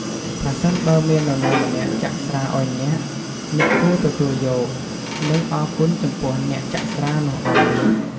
ប្រសិនបើមាននរណាម្នាក់ចាក់ស្រាអោយអ្នក អ្នកគួរទទួលយក និងអរគុណចំពោះអ្នកចាក់ស្រានោះអោយ។